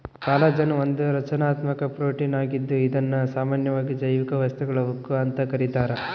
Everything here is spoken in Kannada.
ಕಾಲಜನ್ ಒಂದು ರಚನಾತ್ಮಕ ಪ್ರೋಟೀನ್ ಆಗಿದ್ದು ಇದುನ್ನ ಸಾಮಾನ್ಯವಾಗಿ ಜೈವಿಕ ವಸ್ತುಗಳ ಉಕ್ಕು ಅಂತ ಕರೀತಾರ